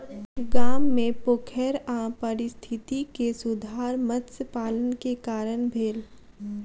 गाम मे पोखैर आ पारिस्थितिकी मे सुधार मत्स्य पालन के कारण भेल